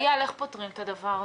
אייל, איך פותרים את הדבר הזה?